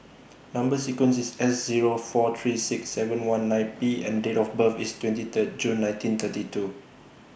Number sequence IS S Zero four three six seven one nine P and Date of birth IS twenty Third June nineteen thirty two